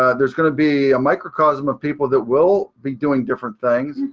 ah there's going to be a microcosm of people that will be doing different things.